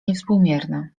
niewspółmierne